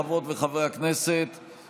חברות וחברי הכנסת,